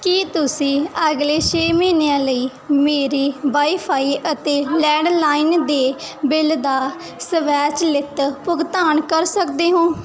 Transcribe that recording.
ਕੀ ਤੁਸੀਂਂ ਅਗਲੇ ਛੇ ਮਹੀਨਿਆਂ ਲਈ ਮੇਰੇ ਵਾਈ ਫ਼ਾਈ ਅਤੇ ਲੈਂਡਲਾਈਨ ਦੇ ਬਿੱਲ ਦਾ ਸਵੈਚਲਿਤ ਭੁਗਤਾਨ ਕਰ ਸਕਦੇ ਹੋ